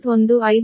15 p